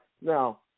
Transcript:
Now